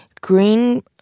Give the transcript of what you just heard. green